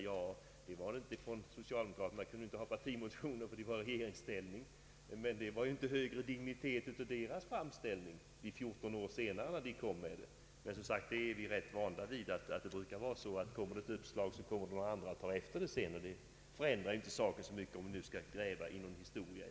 Ja, vad socialdemokraterna beträffar så kunde de ju inte gärna väcka partimotioner, eftersom de var i regeringsställning, men deras motion i den här frågan var inte av högre dignitet. Nå, detta förändrar inte saken så mycket, och jag tycker, som sagt, att vi nu inte skall gräva i historien.